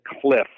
cliff